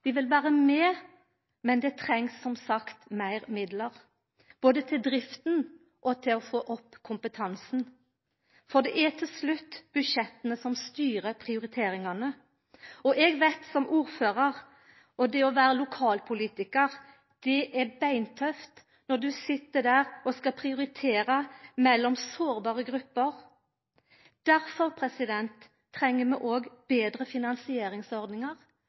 vil vera med, men det trengst som sagt meir midlar, både til drifta og til å få opp kompetansen. Til slutt er det budsjetta som styrer prioriteringane. Og eg veit som ordførar at det å vera lokalpolitikar er beintøft når ein sit der og skal prioritera mellom sårbare grupper. Difor treng vi òg betre finansieringsordningar.